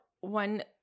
one